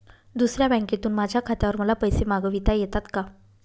दुसऱ्या बँकेतून माझ्या खात्यावर मला पैसे मागविता येतात का?